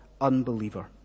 unbeliever